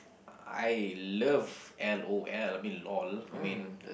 I love l_o_l I mean lol I mean